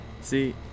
See